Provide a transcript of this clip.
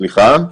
סליחה?